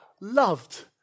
loved